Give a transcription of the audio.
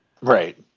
right